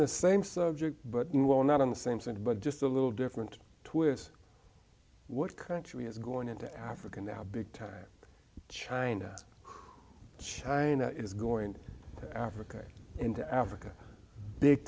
the same subject but meanwhile not on the same thing but just a little different twist what country is going into africa now big time china china is going africa into africa big